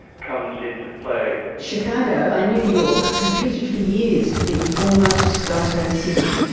comes into play. chicago and new york competed for years to be the foremost skyscraper city,